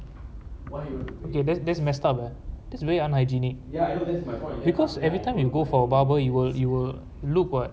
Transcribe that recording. okay that's that's messed up lah that's very unhygienic because everytime you go for a barber you will you will look what